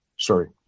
sorry